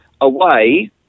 away